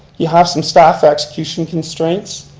you have some staff execution constraints.